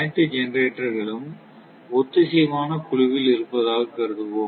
அனைத்து ஜெனரேட்டர்களும் ஒத்திசைவான குழுவில் இருப்பதாக கருதுவோம்